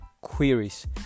queries